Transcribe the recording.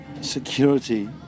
security